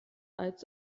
als